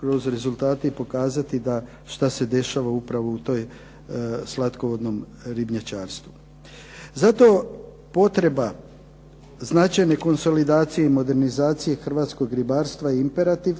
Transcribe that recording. kroz rezultate i pokazati što se dešava upravo u tom slatkovodnom ribnjačarstvu. Zato potreba značajne konsolidacije i modernizacije hrvatskog ribarstva je imperativ